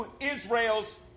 Israel's